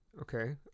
Okay